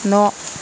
न'